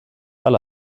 alle